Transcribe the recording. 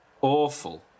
awful